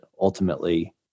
ultimately